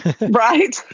right